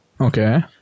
Okay